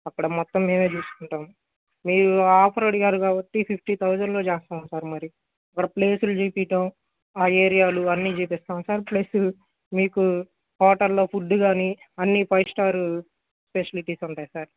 అక్కడ మొత్తం మేమే చూసుకుంటాము మీరు ఆఫర్ అడిగారు కాబట్టి ఫిఫ్టీ థౌజండ్ లో చేస్తాం సార్ మరి మళ్ళీ ప్లేసులు చూపిడం ఆ ఏరియాలు అన్నీ చూపిస్తాం సార్ ప్లస్ మీకు హోటల్ లో ఫుడ్ కానీ అన్నీ ఫైవ్ స్టార్ ఫెసిలిటీస్ ఉంటాయి సార్